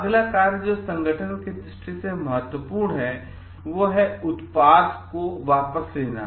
अगला कार्य जो संगठन के दृष्टिकोण से महत्वपूर्ण है उत्पाद को वापस लेना